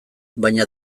baina